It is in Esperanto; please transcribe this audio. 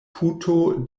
puto